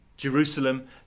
Jerusalem